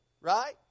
right